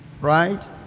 Right